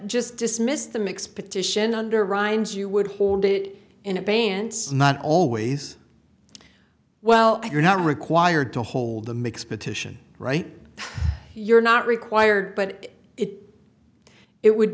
just dismiss the mix petition under rhymes you would hold it in a band's not always well you're not required to hold the mics petition right you're not required but it it would